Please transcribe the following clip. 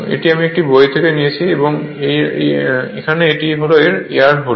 এটি আমি একটি বই থেকে নিয়েছি এবং এটি এর এয়ার হোল